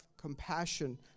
compassion